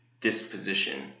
disposition